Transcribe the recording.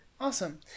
Awesome